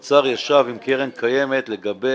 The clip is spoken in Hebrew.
משרד האוצר ישב עם קרן הקיימת לגבי